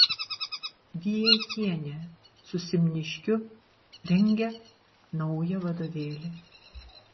vijeikienė su simniškiu rengia naują vadovėlį